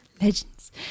Legends